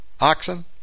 oxen